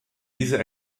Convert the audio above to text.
diese